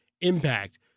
impact